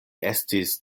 estis